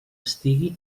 estigui